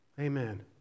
Amen